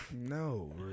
No